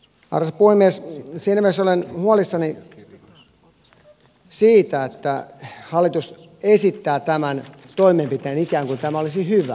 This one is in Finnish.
siinä mielessä olen huolissani siitä että hallitus esittää tämän toimenpiteen ikään kuin tämä olisi hyvä